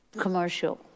commercial